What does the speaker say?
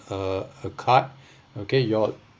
a a card okay your